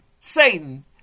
Satan